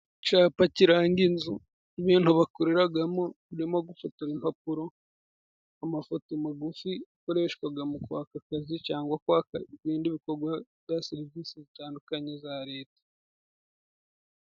Icapa kiranga inzu n'ibintu bakoreragamo, birimo gufotora impapuro, amafoto magufi, akoreshwaga mu kwaka akazi, cyangwa ibindi bikorwa bya serivisi zitandukanye za Leta.